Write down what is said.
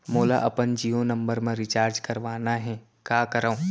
मोला अपन जियो नंबर म रिचार्ज करवाना हे, का करव?